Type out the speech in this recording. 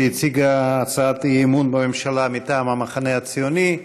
שהציגה הצעת אי-אמון בממשלה מטעם המחנה הציוני.